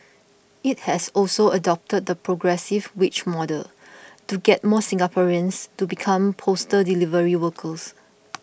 it has also adopted the progressive wage model to get more Singaporeans to become postal delivery workers